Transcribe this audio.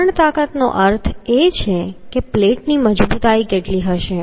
ભંગાણ તાકાત નો અર્થ એ છે કે પ્લેટની મજબૂતાઈ કેટલી હશે